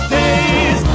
days